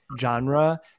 genre